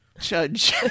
Judge